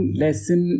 lesson